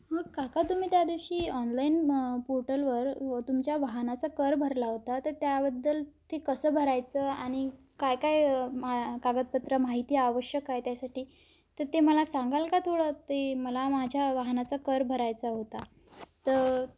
मग काका तुम्ही त्या दिवशी ऑनलाईन पोर्टलवर तुमच्या वाहनाचा कर भरला होता तर त्याबद्दल ते कसं भरायचं आणि काय काय मग कागदपत्र माहिती आवश्यक आहे त्यासाठी तर ते मला सांगाल का थोडं ते मला माझ्या वाहनाचा कर भरायचा होता तर